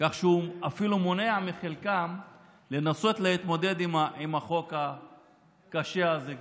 כך שהוא אפילו מונע מחלקם לנסות להתמודד עם החוב הקשה הזה,